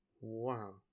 Wow